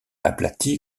aplati